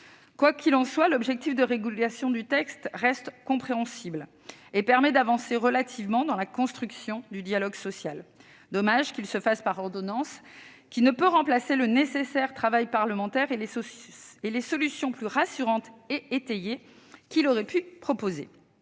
Quoi qu'il en soit, l'objectif de régulation du texte reste compréhensible et permet d'avancer relativement dans la construction du dialogue social. Dommage qu'il s'effectue par ordonnance. Cette procédure ne peut remplacer le nécessaire travail parlementaire et les solutions plus rassurantes et étayées qui auraient pu être